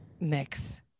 mix